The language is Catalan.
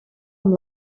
amb